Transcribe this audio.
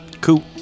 Cool